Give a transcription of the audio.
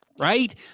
right